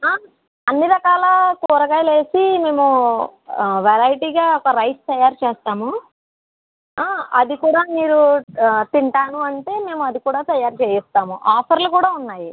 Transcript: అన్ని రకాల కూరగాయలు వేసి మేము వెరైటీగా ఒక రైస్ తయారు చేస్తాము అది కూడా మీరు తింటాను అంటే మేము అది కూడా తయారు చెయ్యిస్తాము ఆఫర్లు కూడా ఉన్నాయి